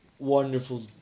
Wonderful